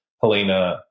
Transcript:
Helena